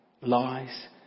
Lies